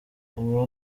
uba